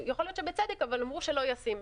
יוכל להיות שבצדק, אבל אמרו שלא ישים.